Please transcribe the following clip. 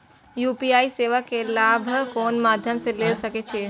UPI सेवा के लाभ कोन मध्यम से ले सके छी?